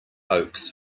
oaks